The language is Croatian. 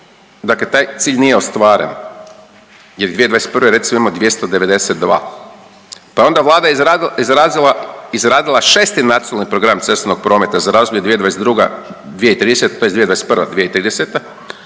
dakle taj cilj nije ostvaren jer 2021. recimo imamo 292. Pa je onda Vlada izradila 6. Nacionalni program cestovnog prometa za razdoblje 2022.-2030. tj. 2021.-2030.